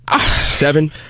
seven